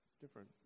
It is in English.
different